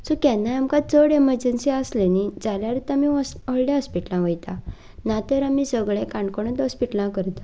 so केन्नाय आमकां चड एमजंसी आसली न्ही जाल्यारत आमी वॉस व्हडल्या ऑस्पिटला वयता नातर आमी सगळे काणकोणूत ऑस्पिटला करता